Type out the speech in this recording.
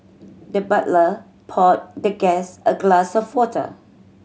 the butler poured the guest a glass of water